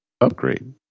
upgrade